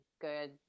good